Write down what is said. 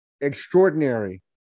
extraordinary